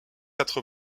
quatre